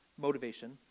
motivation